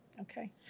okay